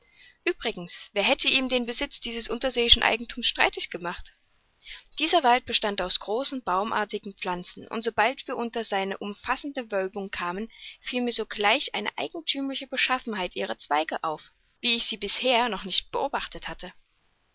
uebrigens wer hätte ihm den besitz dieses unterseeischen eigenthums streitig gemacht dieser wald bestand aus großen baumartigen pflanzen und sobald wir unter seine umfassenden wölbungen kamen fiel mir sogleich eine eigenthümliche beschaffenheit ihrer gezweige auf wie ich sie bisher noch nicht beobachtet hatte